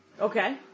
Okay